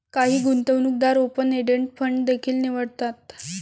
काही गुंतवणूकदार open ended fund देखील निवडतात